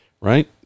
right